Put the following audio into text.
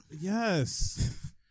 Yes